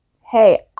hey